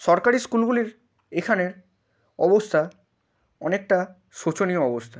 সরকারি স্কুলগুলির এখানের অবস্থা অনেকটা শোচনীয় অবস্থা